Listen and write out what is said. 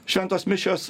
šventos mišios